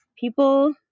People